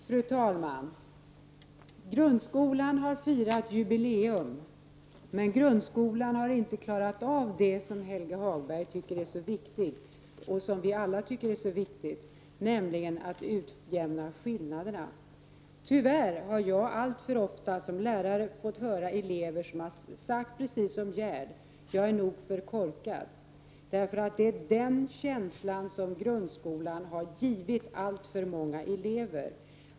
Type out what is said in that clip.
Fru talman! Grundskolan har firat jubileum. Men grundskolan har inte klarat av det som Helge Hagberg, och vi alla, tycker är så viktigt, nämligen att utjämna skillnaderna. Tyvärr har jag alltför ofta som lärare fått höra elever som har sagt precis som Gerd: Jag är nog för korkad. Det är denna känsla som grundskolan har gett alltför många elever.